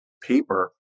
paper